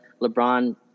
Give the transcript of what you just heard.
LeBron –